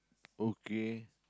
okay